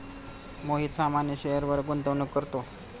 मोहित सामान्य शेअरवर गुंतवणूक करतो